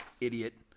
Idiot